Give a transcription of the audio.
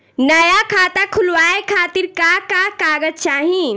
नया खाता खुलवाए खातिर का का कागज चाहीं?